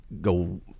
go